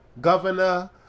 governor